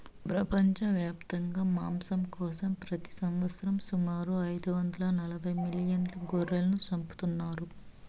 ప్రపంచవ్యాప్తంగా మాంసం కోసం ప్రతి సంవత్సరం సుమారు ఐదు వందల నలబై మిలియన్ల గొర్రెలను చంపుతున్నారు